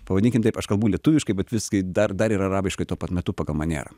pavadinkim taip aš kalbu lietuviškai bet visgi dar dar ir arabiškai tuo pat metu pagal manierą